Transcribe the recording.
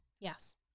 Yes